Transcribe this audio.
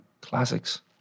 Classics